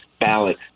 ballot